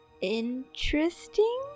Interesting